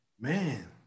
Man